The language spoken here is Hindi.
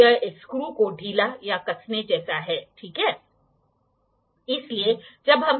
प्रोट्रैक्टर डायल को हर दसवीं डिग्री के साथ डिग्री में ग्रेडयुएट किया जाता है इसलिए वर्नियर